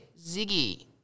Ziggy